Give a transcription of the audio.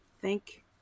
Thank